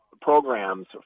programs